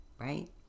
right